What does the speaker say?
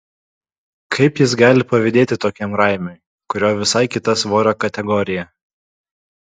kaip jis gali pavydėti tokiam raimiui kurio visai kita svorio kategorija